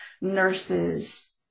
nurses